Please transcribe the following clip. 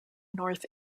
north